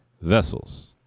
vessels